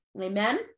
amen